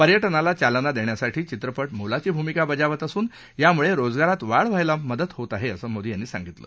पर्यटनाला चालना देण्यासाठी चित्रपट मोलाची भूमिका बजावत असून यामुळे रोजगारात वाढ व्हायला मदत होत आहे असं मोदी यांनी सांगितलं